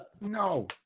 No